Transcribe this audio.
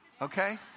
okay